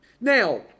Now